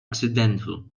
accidental